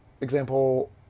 example